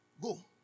Go